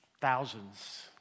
thousands